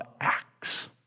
Acts